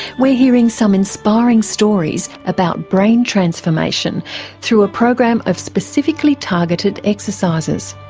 we're hearing some inspiring stories about brain transformation through a program of specifically targeted exercises.